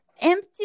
empty